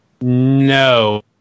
No